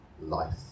life